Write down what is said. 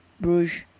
Bruges